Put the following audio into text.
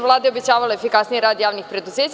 Vlada je obećavala efikasniji rad javnih preduzeća.